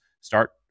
start